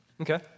Okay